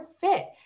fit